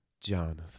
Jonathan